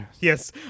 yes